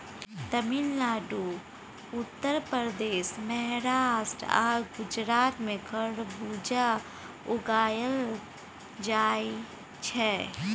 तमिलनाडु, उत्तर प्रदेश, महाराष्ट्र आ गुजरात मे खरबुज उगाएल जाइ छै